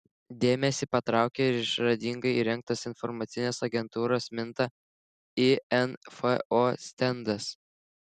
dėmesį patraukia ir išradingai įrengtas informacinės agentūros minta info stendas